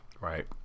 Right